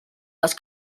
les